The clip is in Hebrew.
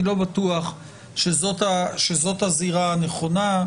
אני לא בטוח שזאת הזירה הנכונה,